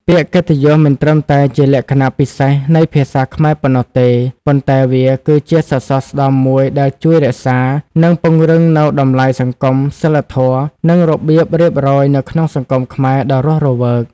ពាក្យកិត្តិយសមិនត្រឹមតែជាលក្ខណៈពិសេសនៃភាសាខ្មែរប៉ុណ្ណោះទេ ប៉ុន្តែវាគឺជាសរសរស្តម្ភមួយដែលជួយរក្សា និងពង្រឹងនូវតម្លៃសង្គម សីលធម៌ និងរបៀបរៀបរយនៅក្នុងសង្គមខ្មែរដ៏រស់រវើក។